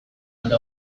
alde